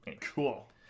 Cool